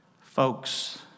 Folks